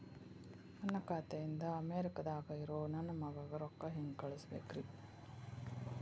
ನನ್ನ ಖಾತೆ ಇಂದ ಅಮೇರಿಕಾದಾಗ್ ಇರೋ ನನ್ನ ಮಗಗ ರೊಕ್ಕ ಹೆಂಗ್ ಕಳಸಬೇಕ್ರಿ?